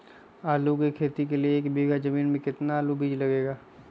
आलू की खेती के लिए एक बीघा जमीन में कितना आलू का बीज लगेगा?